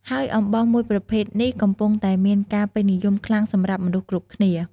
ហើយអំបោសមួយប្រភេទនេះ កំពុងតែមានការពេញនិយមខ្លាំងសម្រាប់មនុស្សគ្រប់គ្នា។